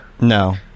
No